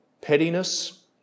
pettiness